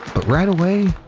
but right away,